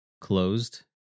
closed